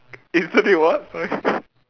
instantly what sorry